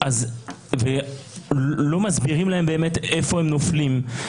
לא מסבירים להם באמת היכן הם נופלים.